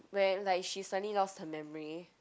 when like she suddenly lost her memory